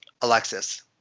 Alexis